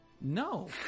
No